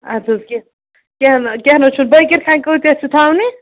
ادٕ حظ کیٚنٛہہ نہٕ حظ چھُنہٕ بٲکر خانہِ کۭژاہ چھِ تھاونہِ